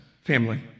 family